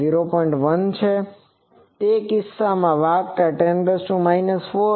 1 છે તે કિસ્સામાં વાહકતા 10 4 છે